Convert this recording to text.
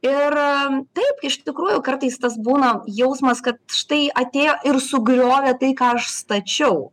ir taip iš tikrųjų kartais tas būna jausmas kad štai atėjo ir sugriovė tai ką aš stačiau